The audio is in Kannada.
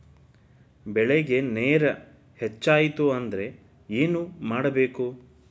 ಬೆಳೇಗ್ ನೇರ ಹೆಚ್ಚಾಯ್ತು ಅಂದ್ರೆ ಏನು ಮಾಡಬೇಕು?